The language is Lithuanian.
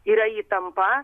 yra įtampa